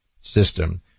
system